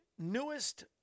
Newest